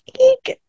Eek